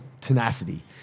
Tenacity